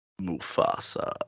Mufasa